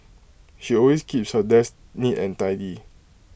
she always keeps her desk neat and tidy